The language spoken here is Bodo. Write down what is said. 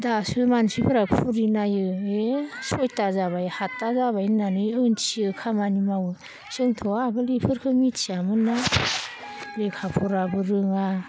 दासो मानसिफोरा घुड़ी नायो ए सयथा जाबाय हातथा जाबाय होननानै उन्थियो खामानि मावो जोंथ' आगोल इफोरखो मिथियामोनना लेखा फराबो रोङा